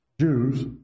Jews